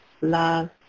love